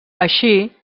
així